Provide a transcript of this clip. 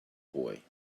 boy